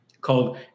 called